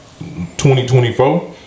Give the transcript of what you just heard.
2024